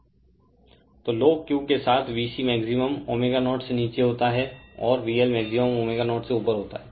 Refer Slide Time 1617 तो लौ Q के साथ VC मैक्सिमम ω0 से नीचे होता है और VL मैक्सिमम ω0 से ऊपर होता है